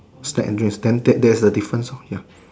stack and dress then that that there's the difference lor ya